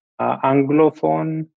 Anglophone